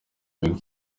big